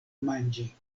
manĝi